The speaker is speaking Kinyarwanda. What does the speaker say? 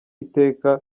iteka